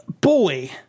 boy